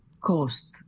cost